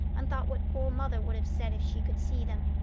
and thought what poor mother would have said if she could see them.